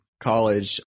college